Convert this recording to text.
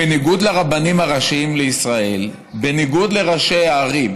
בניגוד לרבנים הראשיים לישראל ובניגוד לראשי הערים,